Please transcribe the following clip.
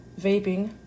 Vaping